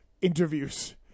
interviews